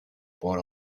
por